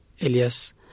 Elias